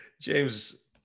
James